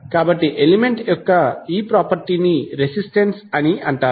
కాబట్టి ఎలిమెంట్ యొక్క ఈ ప్రాపర్టీని రెసిస్టెన్స్ అంటారు